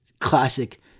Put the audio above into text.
classic